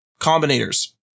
combinators